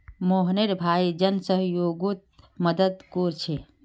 मोहनेर भाई जन सह्योगोत मदद कोरछे